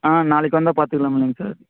ஆ நாளைக்கு வந்தால் பாத்துக்கலாமில்லைங்க சார்